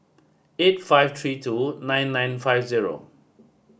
eight five three two nine nine five zero